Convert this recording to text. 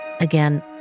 Again